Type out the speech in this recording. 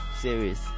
Serious